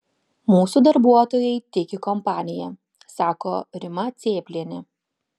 mūsų darbuotojai tiki kompanija sako rima cėplienė